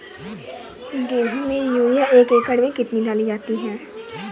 गेहूँ में यूरिया एक एकड़ में कितनी डाली जाती है?